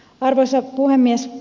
arvoisa puhemies